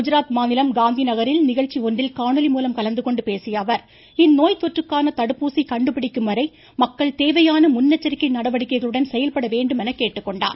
குஜராத் மாநிலம் காந்தி நகரில் நிகழ்ச்சி ஒன்றில் காணொலி மூலம் கலந்துகொண்டு பேசிய அவர் இந்நோய் தொற்றுக்கான தடுப்பூசி கண்டுபிடிக்கும் வரை மக்கள் தேவையான முன்னெச்சரிக்கை நடவடிக்கைகளுடன் செயல்பட வேண்டும் என கேட்டுக்கொண்டார்